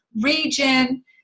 region